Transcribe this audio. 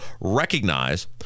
recognize